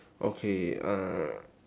okay uh